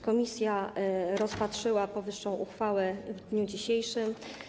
Komisja rozpatrzyła powyższą uchwałę w dniu dzisiejszym.